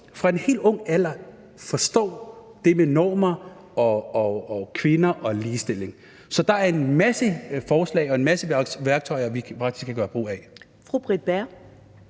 fra en helt ung alder forstår det med normer og kvinder og ligestilling. Så der er en masse forslag og en masse værktøjer, vi faktisk kan gøre brug af.